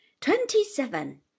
twenty-seven